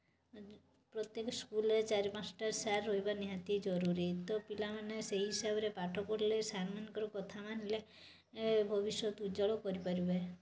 ପ୍ରତ୍ୟେକ ସ୍କୁଲ୍ରେ ଚାରି ପାଞ୍ଚଟା ସାର୍ ରହିବା ନିହାତି ଜରୁରୀ ତ ପିଲାମାନେ ସେଇ ହିସାବରେ ପାଠ ପଢ଼ିଲେ ସେମାନଙ୍କର କଥା ମାନିଲେ ଭବିଷ୍ୟତ ଉଜ୍ଜ୍ୱଳ କରିପାରିବେ